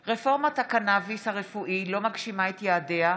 ותמר זנדברג בנושא: רפורמת הקנביס הרפואי לא מגשימה את יעדיה,